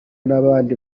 n’abandi